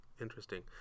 Interesting